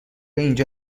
اینجا